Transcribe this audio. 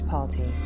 Party